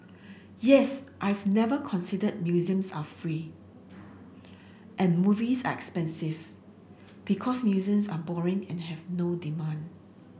yes I've never considered museums are free and movies are expensive because museums are boring and have no demand